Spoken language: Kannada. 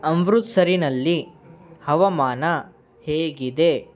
ಅಮೃತ್ಸರಿನಲ್ಲಿ ಹವಾಮಾನ ಹೇಗಿದೆ